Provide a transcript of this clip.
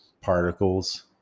particles